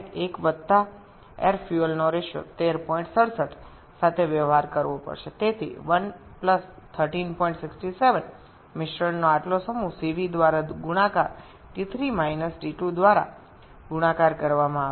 সুতরাং যদি আপনি প্রতি ১ কেজি জ্বালানির জন্য ক্যালোরিফ মানটি দিয়ে গুণ করেন তবে আমাদের ১ এর সাথে ১৩৬৭ বায়ু ও জ্বালানির অনুপাত নিয়ে কাজ করতে হবে